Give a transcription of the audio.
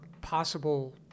possible